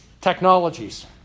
technologies